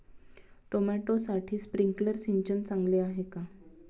टोमॅटोसाठी स्प्रिंकलर सिंचन चांगले आहे का?